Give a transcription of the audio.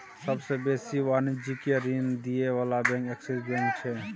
सबसे बेसी वाणिज्यिक ऋण दिअ बला बैंक एक्सिस बैंक छै